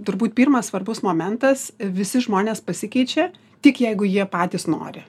turbūt pirmas svarbus momentas visi žmonės pasikeičia tik jeigu jie patys nori